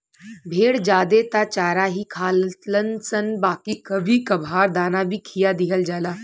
भेड़ ज्यादे त चारा ही खालनशन बाकी कभी कभार दाना भी खिया दिहल जाला